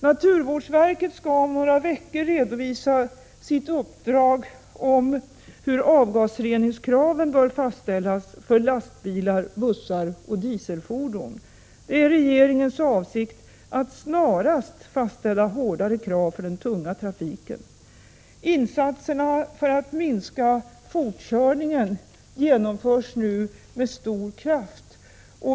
Naturvårdsverket skall enligt uppdrag om några veckor redovisa vilka avgasreningskrav som bör fastställas för lastbilar, bussar och dieselfordon. Det är regeringens avsikt att snarast fastställa hårdare krav för den tunga trafiken. Insatserna för att minska fortkörningen genomförs nu med stor kraft.